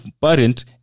parent